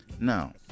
Now